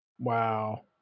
Wow